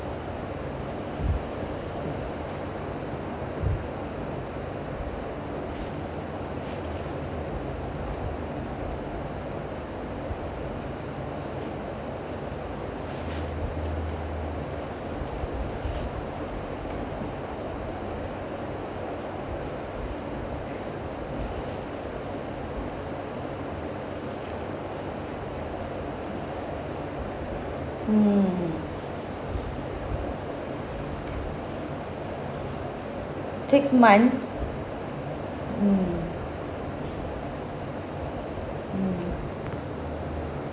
hmm six months mm mm